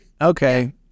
okay